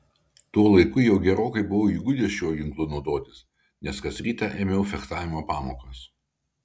tuo laiku jau gerokai buvau įgudęs šiuo ginklu naudotis nes kas rytą ėmiau fechtavimo pamokas